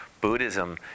Buddhism